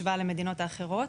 האחרות.